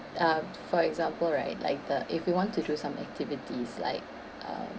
uh for example right like the if we want to do some activities like um